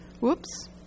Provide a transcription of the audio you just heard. Whoops